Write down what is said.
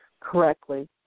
correctly